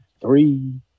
three